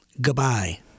Goodbye